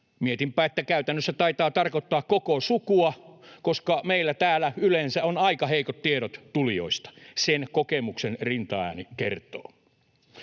Mietinpä, että se käytännössä taitaa tarkoittaa koko sukua, koska meillä täällä yleensä on aika heikot tiedot tulijoista. Sen kokemuksen rintaääni kertoo.